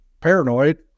paranoid